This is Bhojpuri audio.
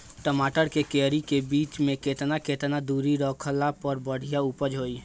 टमाटर के क्यारी के बीच मे केतना केतना दूरी रखला पर बढ़िया उपज होई?